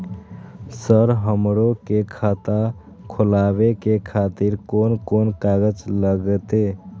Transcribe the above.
Sir हमरो के खाता खोलावे के खातिर कोन कोन कागज लागते?